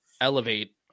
elevate